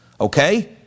Okay